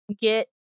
get